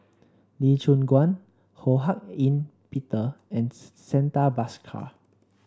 Lee Choon Guan Ho Hak Ean Peter and Santha Bhaskar